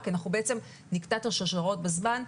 כי אנחנו בעצם נקטע את השרשראות בזמן.